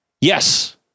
Yes